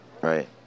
Right